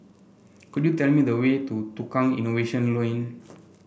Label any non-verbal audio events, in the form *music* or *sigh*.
could you tell me the way to Tukang Innovation *unintelligible*